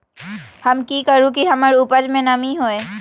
हम की करू की हमार उपज में नमी होए?